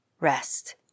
rest